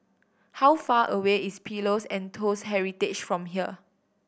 how far away is Pillows and Toast Heritage from here